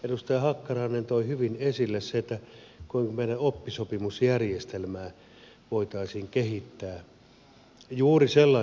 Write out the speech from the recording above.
edustaja hakkarainen toi hyvin esille sen kuinka meidän oppisopimusjärjestelmää voitaisiin kehittää se on varmasti juuri sellainen suunta